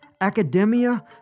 academia